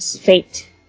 fate